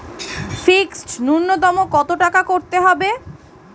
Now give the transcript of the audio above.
Fixed নুন্যতম কত টাকা করতে হবে?